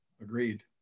Agreed